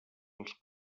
els